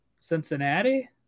Cincinnati